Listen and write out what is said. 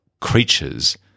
creatures